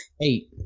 Eight